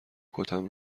کتم